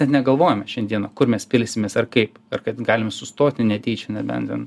net negalvojame šiandieną kur mes pilsimės ar kaip ir kad galime sustoti netyčia nebent ten